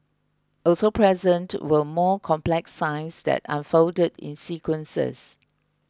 also present were more complex signs that unfolded in sequences